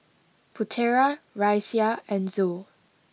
Putera Raisya and Zul